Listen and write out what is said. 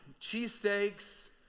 cheesesteaks